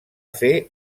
fer